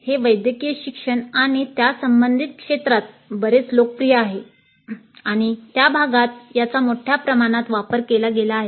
हे वैद्यकीय शिक्षण आणि त्यासंबंधित क्षेत्रात बरेच लोकप्रिय आहे आणि त्या भागात याचा मोठ्या प्रमाणात वापर केला गेला आहे